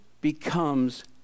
becomes